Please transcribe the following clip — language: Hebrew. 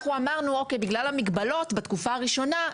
אמרנו שבגלל המגבלות בתקופה הראשונה,